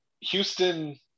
Houston